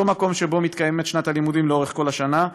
אותו מקום שבו מתקיימת שנת הלימודים לאורך כל השנה.